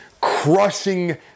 crushing